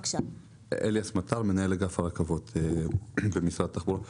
אליאס מטר, מנהל אגף הרכבות במשרד התחבורה.